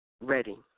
ready